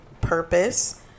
purpose